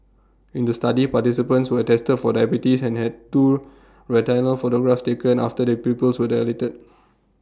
in the study participants were tested for diabetes and had two retinal photographs taken after their pupils were dilated